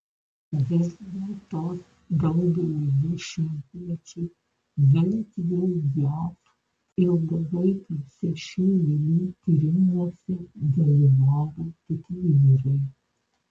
vis dėlto daugelį dešimtmečių bent jau jav ilgalaikiuose šių ligų tyrimuose dalyvaudavo tik vyrai